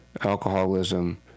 alcoholism